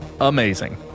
amazing